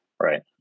right